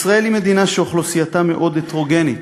ישראל היא מדינה שאוכלוסייתה מאוד הטרוגנית.